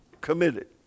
committed